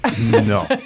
no